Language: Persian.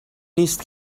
نیست